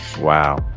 Wow